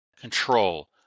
control